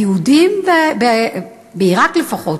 היהודים בעיראק, לפחות.